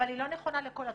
אבל היא לא נכונה לכל התחום.